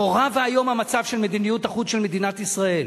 נורא ואיום המצב של מדיניות החוץ של מדינת ישראל.